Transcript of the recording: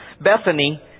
Bethany